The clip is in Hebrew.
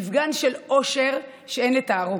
מפגן של אושר שאין לתארו.